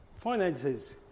finances